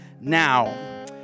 now